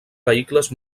vehicles